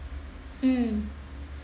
mmhmm